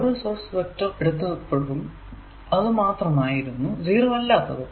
ഓരോ source vector എടുത്തപ്പോഴും അത് മാത്രമായിരുന്നു 0 അല്ലാത്തത്